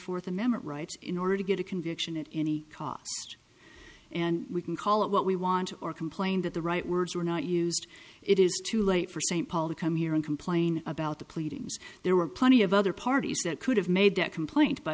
fourth amendment rights in order to get a conviction at any cost and we can call it what we want or complain that the right words were not used it is too late for st paul to come here and complain about the pleadings there were plenty of other parties that could have made a complaint by